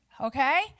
okay